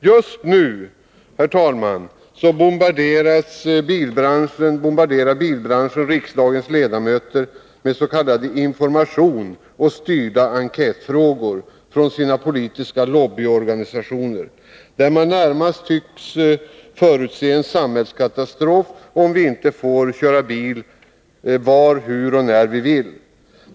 Just nu, herr talman, bombarderar bilbranschen riksdagens ledamöter med s.k. information och enkäter med ledande frågor från sin politiska lobbyorganisation, där man närmast tycks förutse en samhällskatastrof, om vi inte får köra bil var, hur och när vi vill.